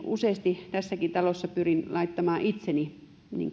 useasti tässäkin talossa pyrin laittamaan itseni